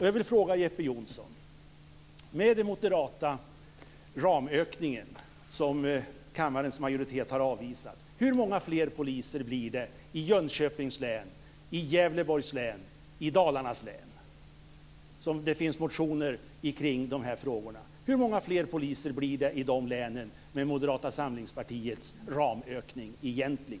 Jag vill fråga Jeppe Johnsson: Med den moderata ramökning som kammarens majoritet har avvisat, hur många fler poliser blir det i Jönköpings län, i Gävleborgs län, i Dalarnas län? Det finns motioner kring de här frågorna. Hur många fler poliser bir det egentligen i de länen med Moderata samlingspartiets ramökning?